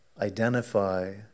identify